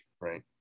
right